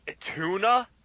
tuna